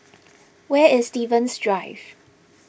where is Stevens Drive